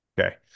Okay